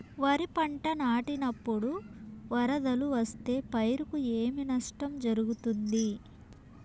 వరిపంట నాటినపుడు వరదలు వస్తే పైరుకు ఏమి నష్టం జరుగుతుంది?